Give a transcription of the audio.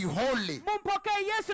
holy